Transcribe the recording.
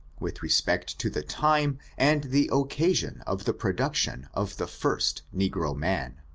with respect to the time and the occasion of the production of the first negro man.